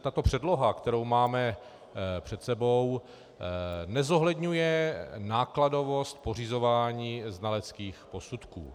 Tato předloha, kterou máme před sebou, nezohledňuje nákladovost pořizování znaleckých posudků.